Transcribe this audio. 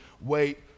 wait